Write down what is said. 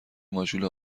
ماژول